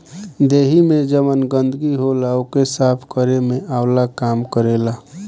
देहि में जवन गंदगी होला ओके साफ़ केरे में आंवला काम करेला